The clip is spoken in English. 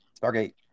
Stargate